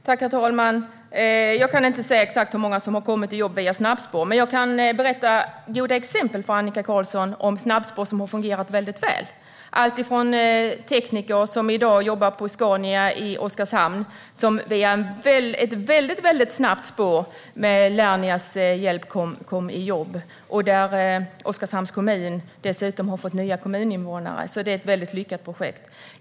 Herr talman! Jag kan inte säga exakt hur många som har kommit i jobb via snabbspår. Men jag kan berätta goda exempel för Annika Qarlsson om snabbspår som har fungerat väldigt väl. Det är tekniker som i dag jobbar på Scania i Oskarshamn som via ett väldigt snabbt spår med Lernias hjälp kom i jobb, och där Oskarshamns kommun dessutom har fått nya kommuninvånare. Det är ett väldigt lyckat projekt.